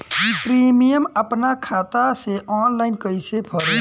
Premium अपना खाता से ऑनलाइन कईसे भरेम?